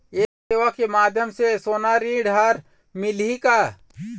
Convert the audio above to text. ये सेवा के माध्यम से सोना ऋण हर मिलही का?